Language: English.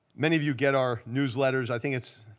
many of you get our newsletters. i think it's